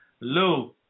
Lou